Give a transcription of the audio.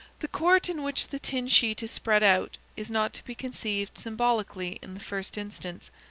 the court in which the tin sheet is spread out is not to be conceived symbolically in the first instance,